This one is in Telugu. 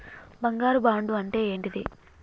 బంగారు బాండు అంటే ఏంటిది?